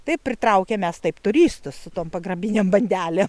taip pritraukiam mes taip turistus su tom pagrabinėm bandelėm